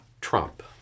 Trump